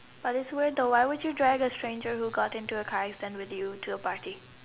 but it's weird why would you drag a stranger who got into a car accident with you to a party